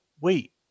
wait